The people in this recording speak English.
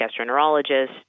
gastroenterologist